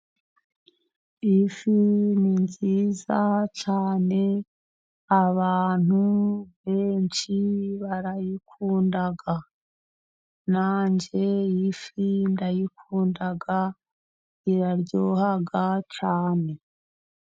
Iyi fi ni nziza cyane, abantu benshi barayikunda, nanjye iyi fi ndayikunda, iraryoha cyane.